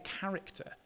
character